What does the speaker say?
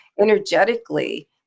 energetically